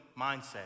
mindset